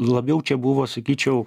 labiau čia buvo sakyčiau